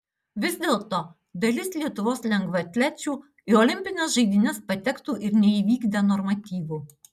vis dėlto dalis lietuvos lengvaatlečių į olimpines žaidynes patektų ir neįvykdę normatyvų